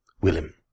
Willem